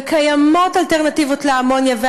וקיימות אלטרנטיבות לאמוניה,